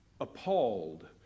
appalled